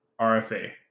RFA